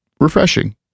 refreshing